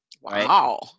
wow